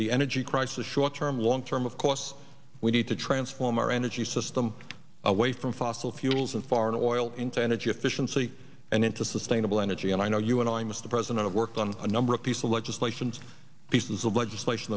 the energy crisis short term long term of course we need to transform our energy system away from fossil fuels and foreign oil into energy efficiency and into sustainable energy and i know you and i mr president of worked on a number of peaceful legislations pieces of legislation